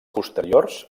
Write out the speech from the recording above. posteriors